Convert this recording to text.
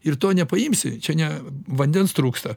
ir to nepaimsi čia ne vandens trūksta